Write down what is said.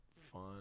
fun